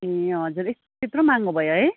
ए हजुर यस् त्यत्रो महँगो भयो है